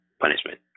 punishment